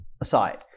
aside